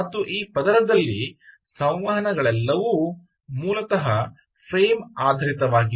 ಮತ್ತು ಈ ಪದರದಲ್ಲಿ ಸಂವಹನಗಳೆಲ್ಲವೂ ಮೂಲತಃ ಫ್ರೇಮ್ ಆಧಾರಿತವಾಗಿವೆ